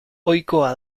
ohikoa